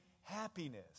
happiness